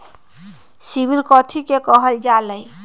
CIBIL कथि के काहल जा लई?